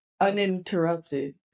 uninterrupted